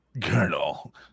Colonel